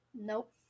Nope